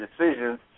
decisions